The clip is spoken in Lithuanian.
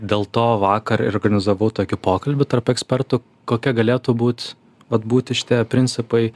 dėl to vakar ir organizavau tokį pokalbį tarp ekspertų kokie galėtų būt vat būti šitie principai